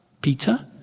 Peter